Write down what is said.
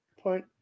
Point